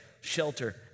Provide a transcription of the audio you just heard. shelter